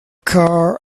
car